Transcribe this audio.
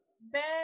Ben